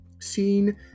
scene